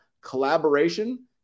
collaboration